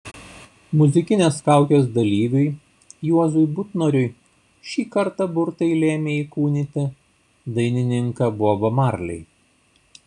muzikinės kaukės dalyviui juozui butnoriui šį kartą burtai lėmė įkūnyti dainininką bobą marley